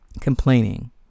complaining